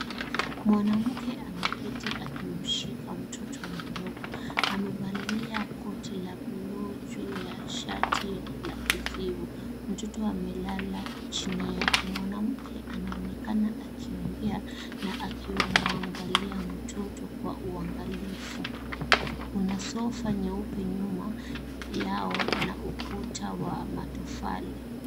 Mwanamke ameketi akimshika mtoto mdogo amevalia koti la buluu juu ya shati la kijivu mtoto amelala chini yake mwanamke anaonekana akiongea na akimwangalia mtoto kwa uangalifu kuna sofa nyeupe nyuma yao na ukuta wa matofali.